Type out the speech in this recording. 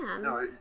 No